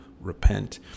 repent